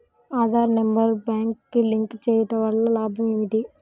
Aadhaar number బ్యాంక్నకు link చేయుటవల్ల లాభం ఏమిటి?